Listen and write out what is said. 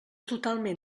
totalment